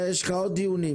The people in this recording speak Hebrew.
יש לך עוד דיונים.